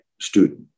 student